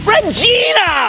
Regina